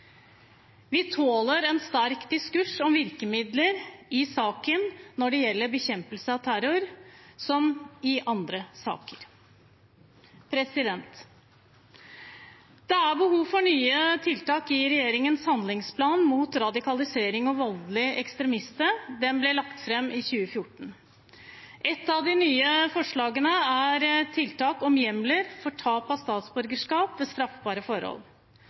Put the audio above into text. Vi tåler en sterk diskurs om virkemidler i saken når det gjelder bekjempelse av terror, som i andre saker. Det er behov for nye tiltak i regjeringens handlingsplan mot radikalisering og voldelig ekstremisme. Den ble lagt fram i 2014. Et av de nye forslagene er tiltak om hjemler for tap av statsborgerskap ved straffbare forhold.